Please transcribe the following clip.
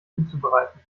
zuzubereiten